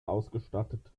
ausgestattet